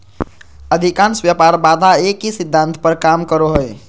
अधिकांश व्यापार बाधा एक ही सिद्धांत पर काम करो हइ